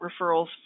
referrals